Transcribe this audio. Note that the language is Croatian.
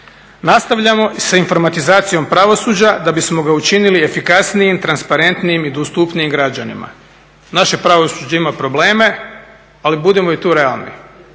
Nastavljamo sa informatizacijom pravosuđa da bismo ga učinili efikasnijim, transparentnijim i dostupnijim građanima. Naše pravosuđe ima probleme, ali budimo i tu realni,